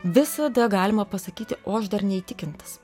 visada galima pasakyti o aš dar neįtikintas